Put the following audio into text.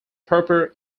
proper